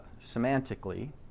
semantically